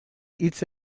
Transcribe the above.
hitz